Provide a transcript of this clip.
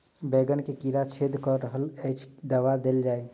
बैंगन मे कीड़ा छेद कऽ रहल एछ केँ दवा देल जाएँ?